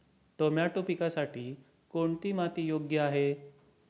Tomato पिकासाठी कोणती माती योग्य आहे?